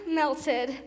melted